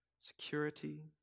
security